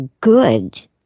good